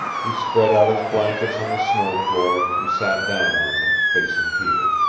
he spread out his blankets on the snow floor, and sat down on them, facing peter.